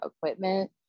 equipment